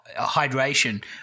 hydration